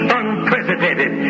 unprecedented